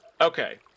Okay